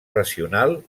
racional